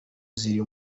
ziri